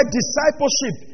discipleship